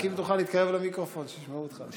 רק אם תוכל להתקרב למיקרופון, שישמעו אותך, פשוט.